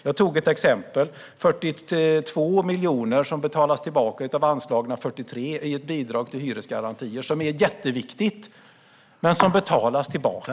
Jag tog upp ett exempel, nämligen att 42 miljoner betalas tillbaka av anslagna 43 miljoner i bidrag till hyresgarantier. Pengarna är viktiga, men de betalas tillbaka.